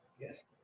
Yes